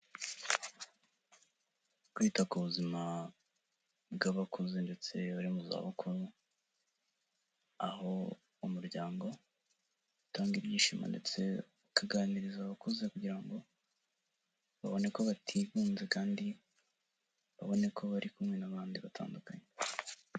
Kwita ku buzima bw'abakuze ndetse bari mu zabukuru, aho umuryango utanga ibyishimo ndetse ukaganiriza abakuze kugira ngo babone ko batigunze kandi babone ko bari kumwe n'abandi batandukanye.